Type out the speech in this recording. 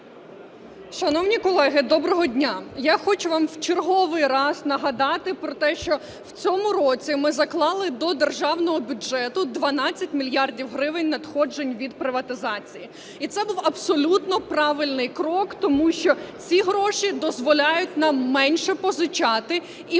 Шановні колеги, доброго дня! Я хочу вам в черговий раз нагадати про те, що в цьому році ми заклали до державного бюджету 12 мільярдів гривень надходжень від приватизації, і це був абсолютно правильний крок. Тому що ці гроші дозволяють нам менше позичати і